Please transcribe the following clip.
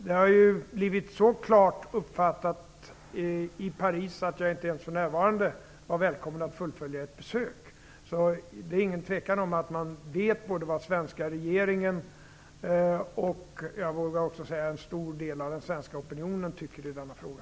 Det har blivit så klart uppfattat i Paris att jag inte ens för närvarande var välkommen att fullfölja ett besök. Det är ingen tvekan om att man vet både vad den svenska regeringen och, vågar jag också säga, en stor del av den svenska opinionen tycker i denna fråga.